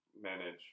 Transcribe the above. manage